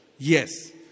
Yes